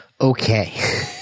Okay